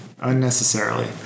unnecessarily